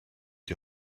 die